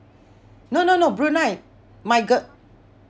no no no Brunei my girl